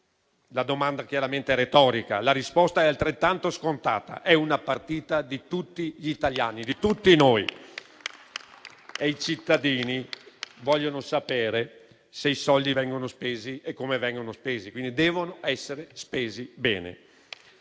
La domanda, chiaramente, è retorica e la risposta è altrettanto scontata. È una partita di tutti gli italiani, di tutti noi. E i cittadini vogliono sapere se e come vengono spesi i soldi. Quindi, devono essere spesi bene.